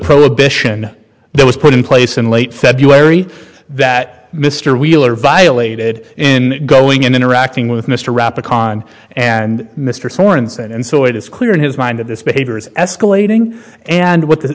prohibition that was put in place in late february that mr wheeler violated in going and interacting with mr rapper con and mr sorenson and so it is clear in his mind that this behavior is escalating and what the